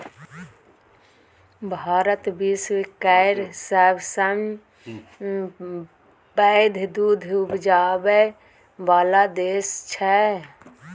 भारत विश्व केर सबसँ पैघ दुध उपजाबै बला देश छै